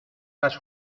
las